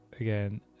again